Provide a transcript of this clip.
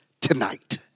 tonight